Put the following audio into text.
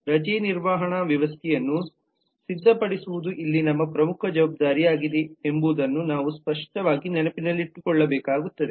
ರಜೆ ನಿರ್ವಹಣಾ ವ್ಯವಸ್ಥೆಯನ್ನು ಸಿದ್ಧಪಡಿಸುವುದು ಇಲ್ಲಿ ನಮ್ಮ ಪ್ರಮುಖ ಜವಾಬ್ದಾರಿಯಾಗಿದೆ ಎಂಬುದನ್ನು ನಾವು ಸ್ಪಷ್ಟವಾಗಿ ನೆನಪಿನಲ್ಲಿಟ್ಟುಕೊಳ್ಳಬೇಕಾಗುತ್ತದೆ